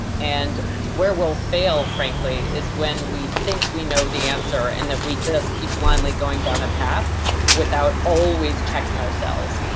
and where we'll fail, frankly, is when we think we know the answer and that we just keep blindly going down a path without always checking ourselves.